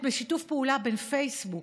בשיתוף פעולה בין פייסבוק